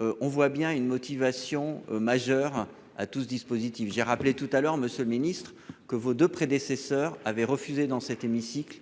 On voit bien une motivation majeure à tout ce dispositif. J'ai rappelé tout à l'heure Monsieur le Ministre, que vos deux prédécesseurs avaient refusé dans cet hémicycle.